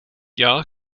jaar